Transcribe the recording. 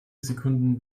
sekunden